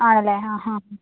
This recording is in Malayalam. ആണല്ലേ ആഹാ ഹാ